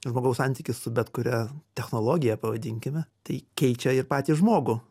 žmogaus santykis su bet kuria technologija pavadinkime tai keičia ir patį žmogų